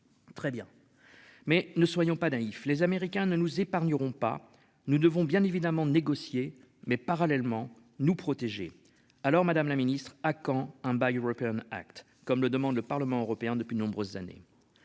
Très bien. Mais ne soyons pas naïfs, les Américains ne nous épargneront pas. Nous devons bien évidemment de négocier, mais parallèlement nous protéger. Alors Madame la Ministre à quand un Bayou European Act comme le demande le Parlement européen depuis de nombreuses années.